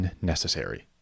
unnecessary